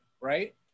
right